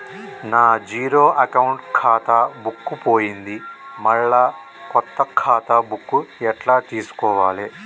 నా zero account ఖాతా book పోయింది మళ్ళా కొత్త ఖాతా బుక్కు ఎట్ల తీసుకోవాలే?